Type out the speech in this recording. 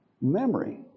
memory